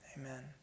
amen